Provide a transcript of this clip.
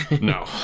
No